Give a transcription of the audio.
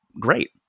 great